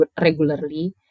regularly